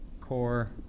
core